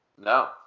No